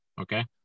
Okay